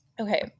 Okay